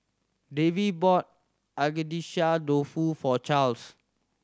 Davy bought Agedashi Dofu for Charles